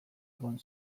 egon